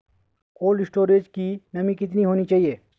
Cold storage की नमी कितनी होनी चाहिए?